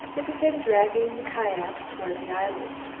they began dragging the kiak toward the island.